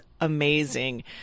amazing